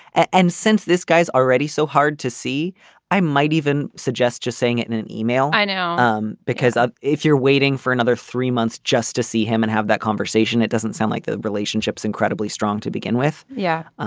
and since this guy's already so hard to see i might even suggest just saying it in an email. i know um because um if you're waiting for another three months just to see him and have that conversation it doesn't sound like the relationship's incredibly strong to begin with. yeah.